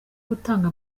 gutanga